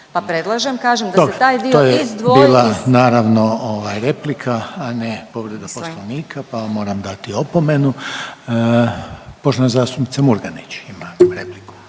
… **Reiner, Željko (HDZ)** Dobro, to je bila naravno replika a ne povreda Poslovnika, pa vam moram dati opomenu. Poštovana zastupnica Murganić ima repliku.